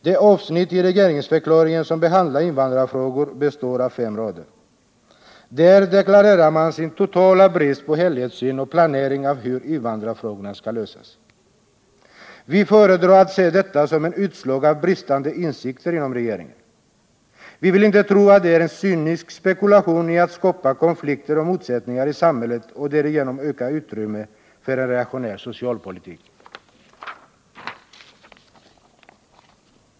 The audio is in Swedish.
Det avsnitt i regeringsförklaringen som behandlar invandrarfrågor består av fem rader. Där deklarerar man sin totala brist på helhetssyn och på planering av hur invandrarfrågorna skall lösas. Vi föredrar att se detta som ett utslag av bristande insikter inom regeringen. Vi vill inte tro att detta är en cynisk spekulation i att skapa konflikter och motsättningar i samhället för att därigenom öka utrymmet för en reaktionär socialpolitik.